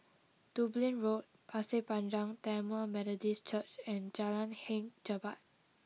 Dublin Road Pasir Panjang Tamil Methodist Church and Jalan Hang Jebat